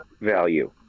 value